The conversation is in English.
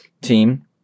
team